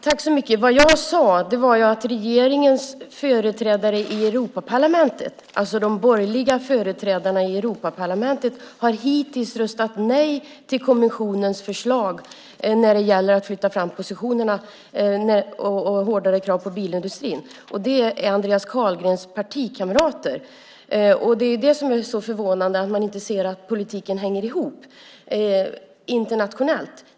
Herr talman! Vad jag sade var att regeringens företrädare i Europaparlamentet, alltså de borgerliga företrädarna i Europaparlamentet, hittills har röstat nej till kommissionens förslag när det gäller att flytta fram positionerna och ha hårdare krav på bilindustrin. Det är Andreas Carlgrens partikamrater. Det som är så förvånande är att man inte ser att politiken hänger ihop internationellt.